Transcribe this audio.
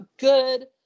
good